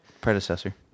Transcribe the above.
Predecessor